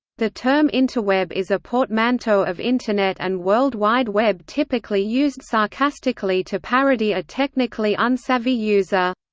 the term interweb is a portmanteau of internet and world wide web typically used sarcastically to parody a technically unsavvy user.